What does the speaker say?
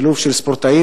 שילוב של ספורטאים,